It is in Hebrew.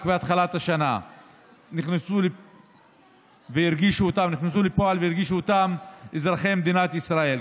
בהתחלת השנה נכנסו לפועל והרגישו אותם אזרחי מדינת ישראל.